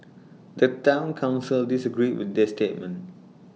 the Town Council disagreed with this statement